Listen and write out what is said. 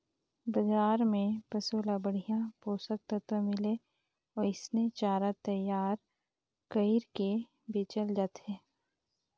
बजार में पसु ल बड़िहा पोषक तत्व मिले ओइसने चारा तईयार कइर के बेचल जाथे